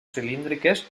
cilíndriques